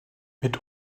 mit